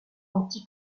anti